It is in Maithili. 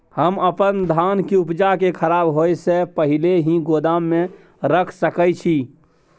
हम अपन धान के उपजा के खराब होय से पहिले ही गोदाम में रख सके छी?